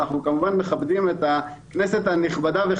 למרות שכמובן שאנחנו מכבדים את הכנסת וחבריה,